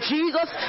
Jesus